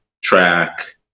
track